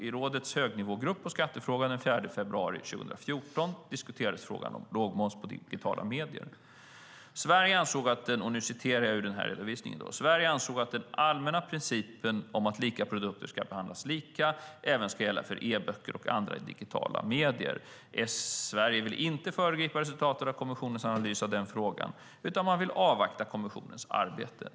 I rådets högnivågrupp för skattefrågor den 4 februari 2014 diskuterades frågan om lågmoms på digitala medier. I redovisningen står det: Sverige ansåg att den allmänna principen om att lika produkter ska behandlas lika även ska gälla för e-böcker och andra digitala medier. Sverige vill inte föregripa resultatet av kommissionens analys av den frågan, utan man vill avvakta kommissionens arbete.